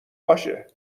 باشه